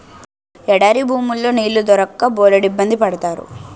ఎడారి భూముల్లో నీళ్లు దొరక్క బోలెడిబ్బంది పడతారు